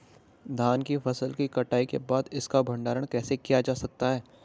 धान की फसल की कटाई के बाद इसका भंडारण कैसे किया जा सकता है?